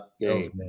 game